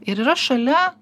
ir yra šalia